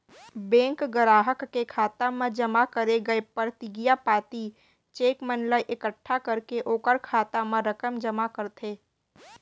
bank गराहक के खाता म जमा करे गय परतिगिया पाती, चेक मन ला एकट्ठा करके ओकर खाता म रकम जमा करथे